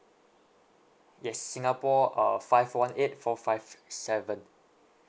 yes singapore uh five one eight four five seven